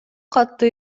катты